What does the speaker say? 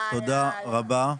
תודה רבה.